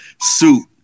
suit